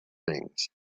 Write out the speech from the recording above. things